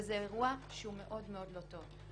וזה אירוע מאוד לא טוב.